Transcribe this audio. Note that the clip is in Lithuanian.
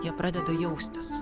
jie pradeda jaustis